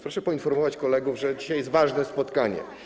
Proszę poinformować kolegów, że dzisiaj jest ważne spotkanie.